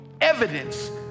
evidence